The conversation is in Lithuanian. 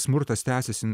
smurtas tęsiasi